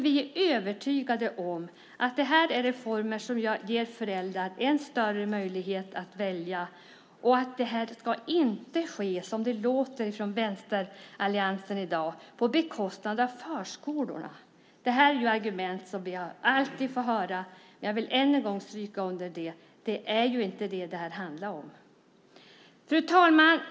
Vi är övertygade om att det är reformer som ger föräldrar en större möjlighet att välja. Det låter från vänsteralliansen som om det skulle ske på bekostnad av förskolorna, men så är det inte. Detta är argument som vi alltid får höra. Jag vill än en gång stryka under att det inte handlar om det. Fru talman!